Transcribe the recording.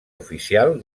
oficial